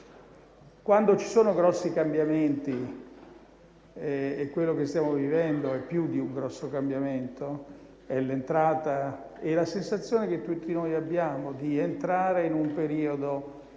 Quando ci sono grossi cambiamenti - e quello che stiamo vivendo è più di un grosso cambiamento - la sensazione che tutti noi abbiamo è di entrare in un periodo